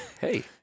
Hey